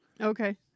Okay